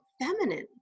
feminine